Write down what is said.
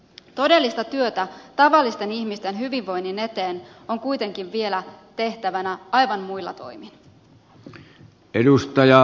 todellista työtä tavallisten ihmisten hyvinvoinnin eteen on kuitenkin vielä tehtävänä aivan muilla toimin